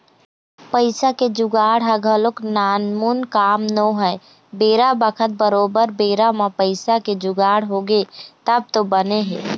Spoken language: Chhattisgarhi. पइसा के जुगाड़ ह घलोक नानमुन काम नोहय बेरा बखत बरोबर बेरा म पइसा के जुगाड़ होगे तब तो बने हे